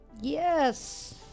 Yes